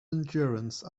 endurance